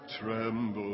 tremble